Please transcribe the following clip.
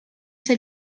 ser